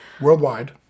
Worldwide